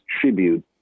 tribute